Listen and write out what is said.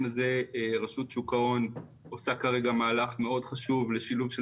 הזה רשות שוק ההון עושה כרגע מהלך מאוד חשוב בשילוב של